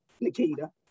Nikita